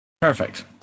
Perfect